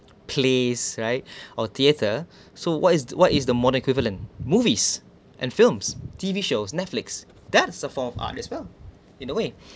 place right or theater so what is what is the mod equivalent movies and films T_V shows netflix that is a form of art as well in a way